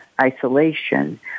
isolation